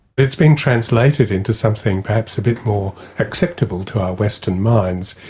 it's been translated into something perhaps a bit more acceptable to our western minds.